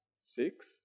six